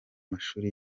mashuri